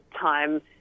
time